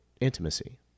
intimacy